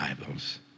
Bibles